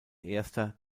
erster